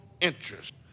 interest